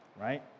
right